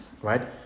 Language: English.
Right